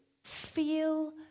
feel